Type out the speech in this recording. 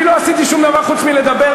אני לא עשיתי שום דבר חוץ מלדבר?